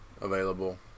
available